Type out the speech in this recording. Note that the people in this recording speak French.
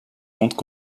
montre